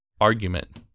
argument